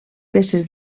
peces